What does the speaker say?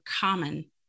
common